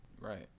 Right